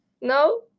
no